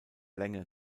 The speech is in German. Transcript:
länge